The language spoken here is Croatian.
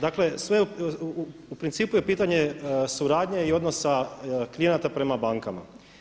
Dakle sve u principu je pitanje suradnje i odnosa klijenata prema bankama.